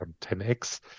10x